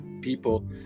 people